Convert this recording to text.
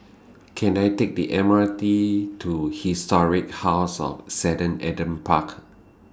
Can I Take The M R T to Historic House of seven Adam Park